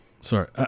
Sorry